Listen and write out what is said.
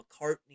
McCartney